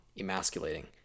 emasculating